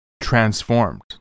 transformed